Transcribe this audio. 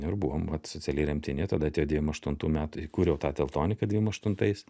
ir buvom vat socialiai remtini tada atėjo devym aštuntų metų įkūriau tą teltoniką devym aštuntais